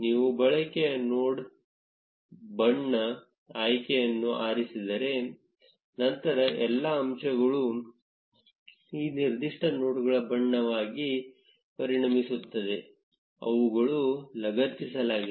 ನೀವು ಬಳಕೆಯ ನೋಡ್ ಬಣ್ಣ ಆಯ್ಕೆಯನ್ನು ಆರಿಸಿದರೆ ನಂತರ ಎಲ್ಲಾ ಅಂಚುಗಳು ಈ ನಿರ್ದಿಷ್ಟ ನೋಡ್ಗಳ ಬಣ್ಣವಾಗಿ ಪರಿಣಮಿಸುತ್ತದೆ ಅವುಗಳು ಲಗತ್ತಿಸಲಾಗಿದೆ